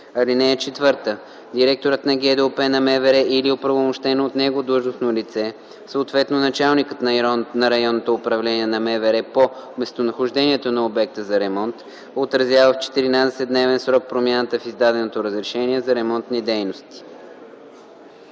ал. 1–3. (4) Директорът на ГДОП на МВР или оправомощено от него длъжностно лице, съответно началникът на РУ на МВР по местонахождението на обекта за ремонт, отразява в 14-дневен срок промяната в издаденото разрешение за ремонтни дейности.”